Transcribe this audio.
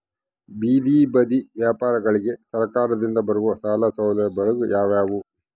ಬೇದಿ ಬದಿ ವ್ಯಾಪಾರಗಳಿಗೆ ಸರಕಾರದಿಂದ ಬರುವ ಸಾಲ ಸೌಲಭ್ಯಗಳು ಯಾವುವು?